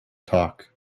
talk